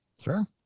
Sure